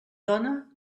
dona